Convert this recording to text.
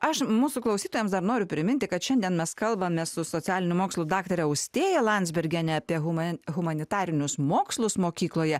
aš mūsų klausytojams dar noriu priminti kad šiandien mes kalbame su socialinių mokslų daktare austėja landsbergienė apie huma humanitarinius mokslus mokykloje